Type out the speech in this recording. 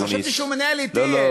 חשבתי שהוא מנהל אתי,